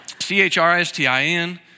C-H-R-I-S-T-I-N